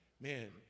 Man